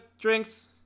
drinks